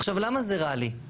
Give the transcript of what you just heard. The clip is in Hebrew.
עכשיו, למה זה רע לי?